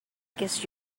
guess